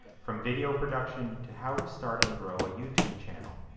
from video production to how to start and grow a youtube channel.